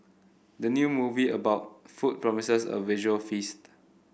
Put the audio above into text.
the new movie about food promises a visual feast